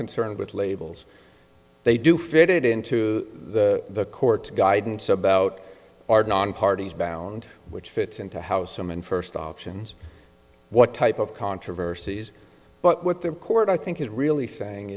concerned with labels they do fit into the the court guidance about are non parties bound which fits into how some in first options what type of controversies but what the court i think is really saying